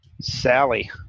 Sally